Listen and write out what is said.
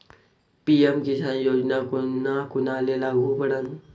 PM Kisan योजना कोना कोनाले लागू पडन?